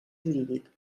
jurídic